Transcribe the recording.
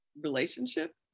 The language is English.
relationship